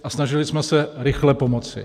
A snažili jsme se rychle pomoci.